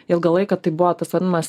ilgą laiką tai buvo tas vadinamas